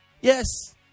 Yes